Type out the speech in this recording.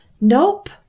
nope